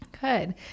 Good